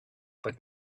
but